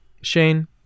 Shane